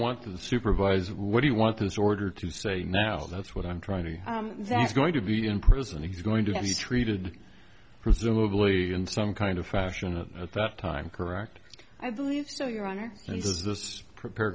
want to supervise what do you want this order to say now that's what i'm trying to that's going to be in prison he's going to be treated presumably in some kind of fashion and at that time correct i believe so your honor is this prepare